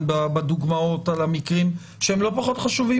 בדוגמאות על המקרים שהם לא פחות חשובים,